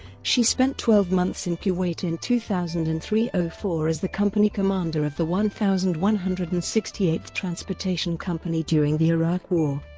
she spent twelve months in kuwait in two thousand and three four as the company commander of the one thousand one hundred and sixty eighth transportation company during the iraq war.